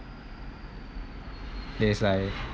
there's like